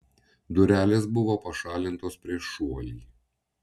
durelės buvo pašalintos prieš šuolį